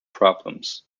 problems